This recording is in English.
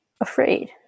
afraid